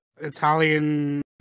Italian